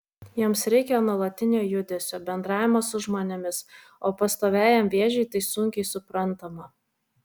joms reikia nuolatinio judesio bendravimo su žmonėmis o pastoviajam vėžiui tai sunkiai suprantama